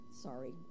Sorry